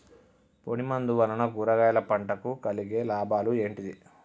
పొడిమందు వలన కూరగాయల పంటకు కలిగే లాభాలు ఏంటిది?